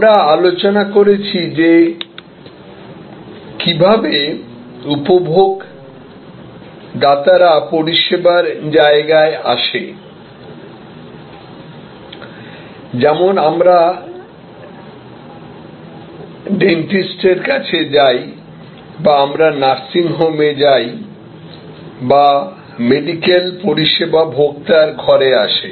আমরা আলোচনা করেছি যে কীভাবে উপভোগতারা পরিষেবার জায়গায় আসেযেমন আমরা ডেন্টিস্টের কাছে যাই বা আমরা নার্সিং হোমে যাই বা মেডিকেল পরিষেবা ভোক্তার ঘরে আসে